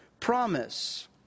promise